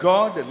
God